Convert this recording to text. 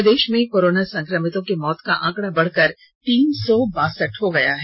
प्रदेश में कोर्रोना संक्रमितों की मौत का आंकड़ा बढ़कर तीन सौ बासठ हो गया है